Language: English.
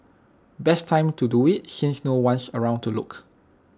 best time to do IT since no one's around to look